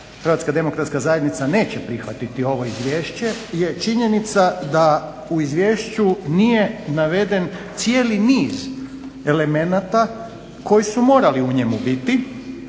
reći i zbog čega HDZ neće prihvatiti ovo izvješće je činjenica da u Izvješću nije naveden cijeli niz elemenata koji su morali u njemu biti